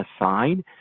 aside